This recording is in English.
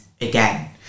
again